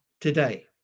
today